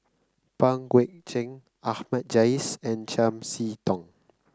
Pang Guek Cheng Ahmad Jais and Chiam See Tong